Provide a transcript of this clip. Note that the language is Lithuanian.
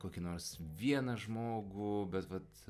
kokį nors vieną žmogų bet vat